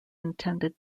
intended